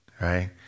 right